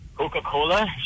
Coca-Cola